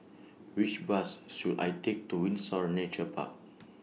Which Bus should I Take to Windsor Nature Park